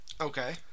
Okay